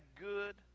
good